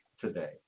today